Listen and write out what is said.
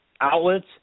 outlets